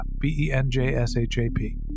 B-E-N-J-S-H-A-P